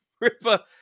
Ripa